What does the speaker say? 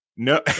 No